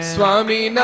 Swami